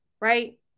right